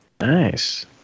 Nice